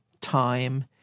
time